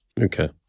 Okay